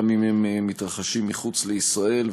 גם אם הם מתרחשים מחוץ לישראל.